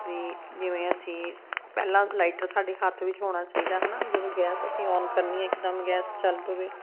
ਵੀ ਜਿਵੇਂ ਅਸੀਂ ਪਹਿਲਾਂ ਲਾਈਟਰ ਸਾਡੇ ਹੱਥ ਵਿੱਚ ਹੋਣਾ ਚਾਹੀਦਾ ਹੈ ਨਾ ਜਦੋਂ ਗੈਸ ਅਸੀਂ ਆਨ ਕਰਨੀ ਹੈ ਇਕਦਮ ਗੈਸ ਚੱਲ ਪਵੇ